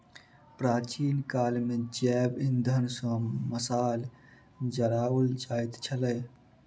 प्राचीन काल मे जैव इंधन सॅ मशाल जराओल जाइत छलै